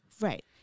Right